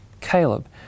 Caleb